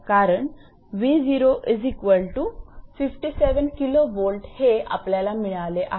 कारण 𝑉0 57 𝑘𝑉 हे आपल्याला मिळाले आहे